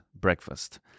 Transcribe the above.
breakfast